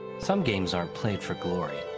some games aren't played for glory.